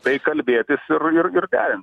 tai kalbėtis ir ir derint